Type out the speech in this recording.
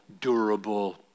durable